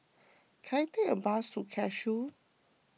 can I take a bus to Cashew